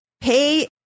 pay